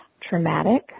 traumatic